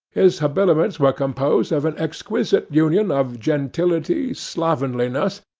his habiliments were composed of an exquisite union of gentility, slovenliness,